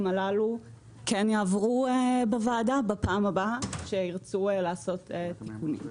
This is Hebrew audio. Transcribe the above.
הללו כן יעברו בוועדה בפעם הבאה שירצו לעשות תיקונים.